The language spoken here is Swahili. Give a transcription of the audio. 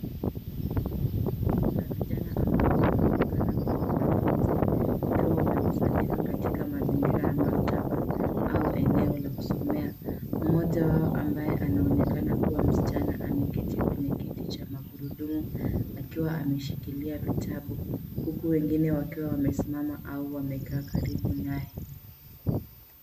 Kundi la vijana ambao wanaonekana kuwa wanafunzi, wakiwa wamekusanyika katika mazingira ya maktaba au eneo la kusomea. Mmoja wao ambaye anaonekana kuwa msichana, ameketi kwenye kiti cha magurudumu akiwa ameshikilia kitabu huku wengine wakiwa wamesimama au wamekaa karibu naye.